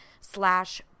slash